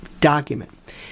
document